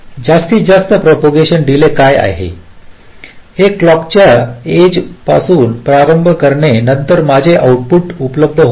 जास्तीत जास्त propagation delay काय आहे हे क्लॉक च्या एजपासून प्रारंभ करणे नंतर माझे आउटपुट उपलब्ध होईल